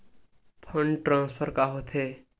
Fund transfer का होथे?